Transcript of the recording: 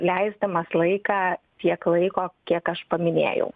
leisdamas laiką tiek laiko kiek aš paminėjau